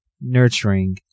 nurturing